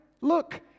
Look